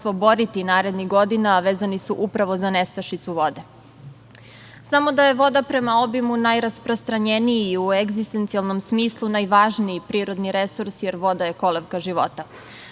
boriti narednih godina, a vezan je upravo za nestašicu vode. Znamo da je voda prema obimu najrasprostranjeniji u egzistencijalnom smislu i najvažniji prirodni resurs, jer voda je kolevka života.